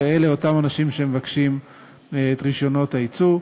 שאלה אותם אנשים שמבקשים את רישיונות הייצור,